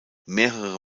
mehrere